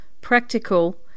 practical